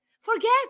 Forget